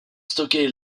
stocker